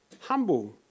humble